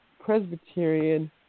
Presbyterian